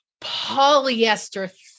polyester